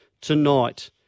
tonight